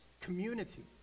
community